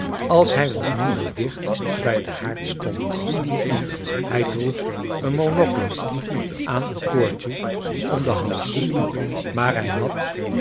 als hij wat minder dicht bij den haard stdnd hij droeg een monocle aan een koordje om den hals r maar hij had